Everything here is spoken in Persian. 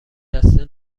دسته